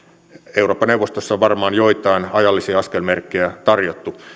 eurooppa neuvostossa on varmaan joitain ajallisia askelmerkkejä tarjottu